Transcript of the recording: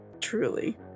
Truly